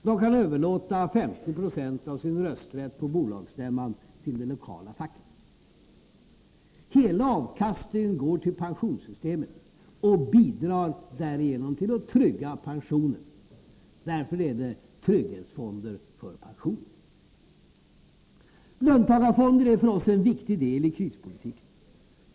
De kan överlåta 50 90 av sin rösträtt på bolagsstämman till det lokala facket. Hela avkastningen från fonderna går till pensionssystemet och bidrar därigenom till att trygga pensionerna. Därför är de trygghetsfonder för pensionerna. Löntagarfonder är för oss en viktig del i krispolitiken.